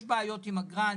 יש בעיות עם אגרה,